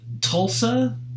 Tulsa